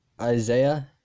Isaiah